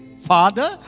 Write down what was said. Father